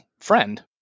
friend